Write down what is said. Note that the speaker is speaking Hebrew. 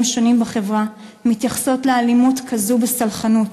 שונים בחברה מתייחסות לאלימות כזאת בסלחנות,